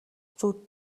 зүүд